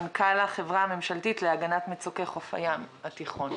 מנכ"ל החברה הממשלתית להגנת מצוקי חוף הים התיכון.